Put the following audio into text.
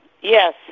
Yes